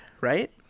right